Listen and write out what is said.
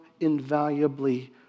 invaluably